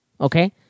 okay